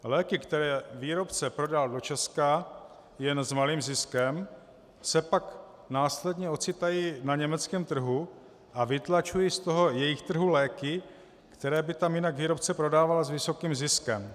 Léky, které výrobce prodá do Česka jen s malým ziskem, se pak následně ocitají na německém trhu a vytlačují z toho jejich trhu léky, které by tam jinak výrobce prodával s vysokým ziskem.